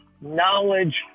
knowledge